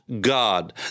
God